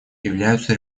являются